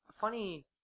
funny